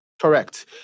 Correct